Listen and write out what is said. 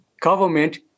government